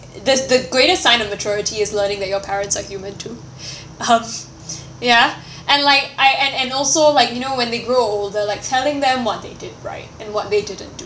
that's the greatest sign of maturity is learning that your parents are human too um ya and like I and and also like you know when they grow older like telling them what they did right and what they didn't do